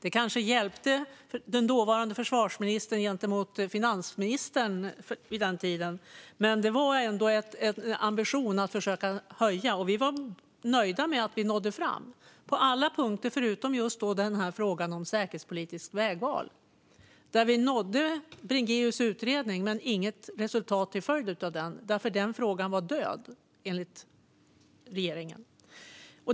Det kanske hjälpte den dåvarande försvarsministern gentemot finansministern vid den tiden, men det var ändå en ambition att försöka höja anslagen. Vi var nöjda med att vi nådde fram. Det gjorde vi på alla punkter förutom just när det gällde frågan om säkerhetspolitiskt vägval. Där nådde vi Bringéus utredning men inget resultat till följd av den. Den frågan var nämligen död, enligt regeringen.